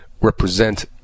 represent